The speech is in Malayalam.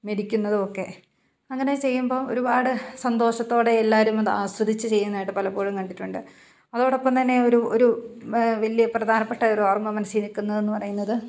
മെതിക്കുന്നതും ഒക്കെ അങ്ങനെ ചെയ്യുമ്പോൾ ഒരുപാട് സന്തോഷത്തോടെ എല്ലാവരും അത് ആസ്വദിച്ച് ചെയ്യുന്നതായിട്ട് പലപ്പോഴും കണ്ടിട്ടുണ്ട് അതോടൊപ്പം തന്നെ ഒരു ഒരു വലിയ പ്രധാനപ്പെട്ട ഒരു ഓർമ്മ മനസ്സിൽ നിൽക്കുന്നതെന്നു പറയുന്നത്